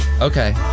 Okay